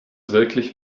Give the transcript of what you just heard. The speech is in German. wirklich